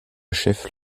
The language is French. chef